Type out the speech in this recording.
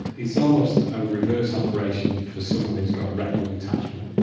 it's almost a reverse operation for someone who's got a retinal detachment.